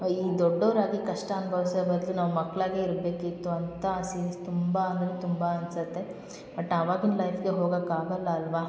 ಈ ದೊಡ್ಡೋರಾಗಿ ಕಷ್ಟ ಅನ್ಭವ್ಸೋ ಬದಲು ನಾವು ಮಕ್ಕಳಾಗೇ ಇರಬೇಕಿತ್ತು ಅಂತ ಆ ಸೀನ್ಸ್ ತುಂಬ ಅಂದರೆ ತುಂಬ ಅನ್ಸುತ್ತೆ ಬಟ್ ಅವಾಗಿಂದ ಲೈಫ್ಗೆ ಹೋಗಕ್ಕೆ ಆಗಲ್ಲ ಅಲ್ಲವಾ